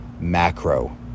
macro